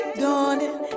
dawning